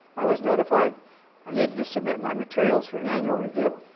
i was notified i needed to submit my materials for an annual review.